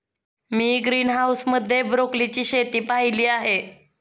मी greenhouse मध्ये ब्रोकोलीची शेती पाहीली आहे